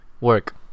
Work